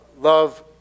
love